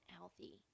Healthy